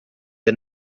the